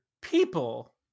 people